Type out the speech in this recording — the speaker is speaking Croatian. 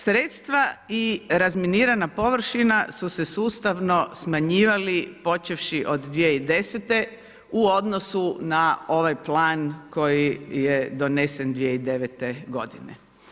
Sredstva i razminirana površina su se sustavno smanjivali počevši od 2010. u odnosu na ovaj plan koji je donesen 2009. godine.